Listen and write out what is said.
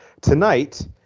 tonight